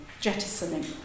jettisoning